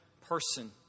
person